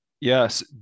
Yes